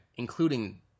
Including